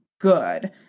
good